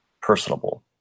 personable